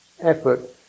effort